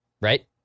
right